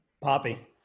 poppy